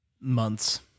months